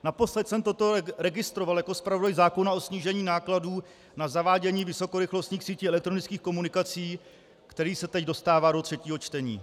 Naposled jsem toto registroval jako zpravodaj zákona o snížení nákladů na zavádění vysokorychlostních sítí elektronických komunikací, který se teď dostává do třetího čtení.